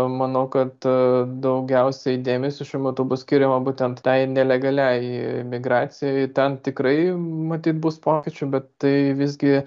manau kad daugiausiai dėmesio šiuo metu bus skiriama būtent tai nelegaliai migracijai ir ten tikrai matyt bus pokyčių bet tai visgi